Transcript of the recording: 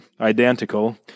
identical